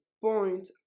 point